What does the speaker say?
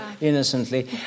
innocently